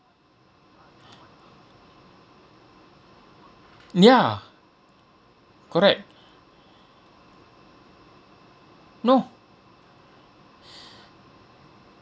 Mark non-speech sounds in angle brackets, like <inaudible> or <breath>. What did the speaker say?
ya correct no <breath>